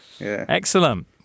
Excellent